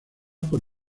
por